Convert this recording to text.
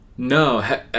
No